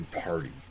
party